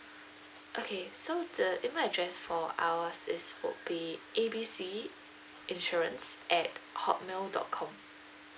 okay so the email address for ours is would be A B C insurance at hotmail dot com